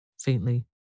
faintly